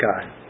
God